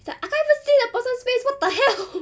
he's like I can't even see the person's face what the hell